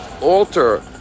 alter